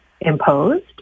imposed